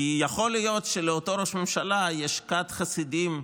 כי יכול להיות שלאותו ראש ממשלה יש כת חסידים.